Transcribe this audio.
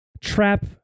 trap